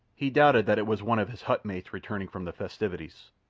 he doubted that it was one of his hut mates returning from the festivities,